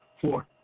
four